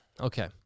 okay